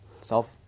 self